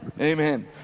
Amen